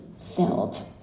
filled